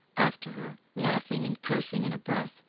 after her, laughing and cursing in a breath,